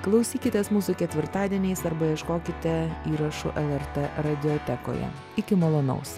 klausykitės mūsų ketvirtadieniais arba ieškokite įrašų lrt radiotekoje iki malonaus